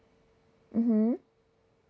mm hmm